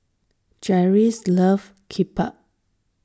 Jeryl loves Kimbap